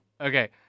Okay